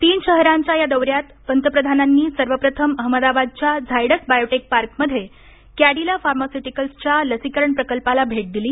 तीन शहरांच्या या दौऱ्यात पंतप्रधानांनी सर्वप्रथम अहमदाबादच्या झायडस बायोटेक पार्कमध्ये कॅंडीला फार्मास्युटिकल्सच्या लसीकरण प्रकल्पाला भेट दिली